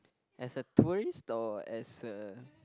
as a tourist or as a